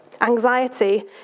Anxiety